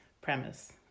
premise